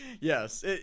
yes